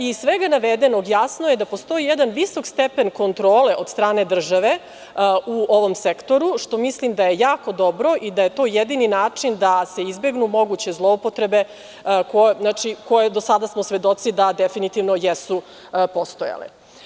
Iz svega navedenog jasno je da postoji jedan visok stepen kontrole od strane države u ovom sektoru za šta mislim da je jako dobro i da je to jedini način da se izbegnu moguće zloupotrebe za koje smo svedoci da su postojale.